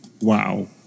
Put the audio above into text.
WoW